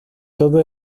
todo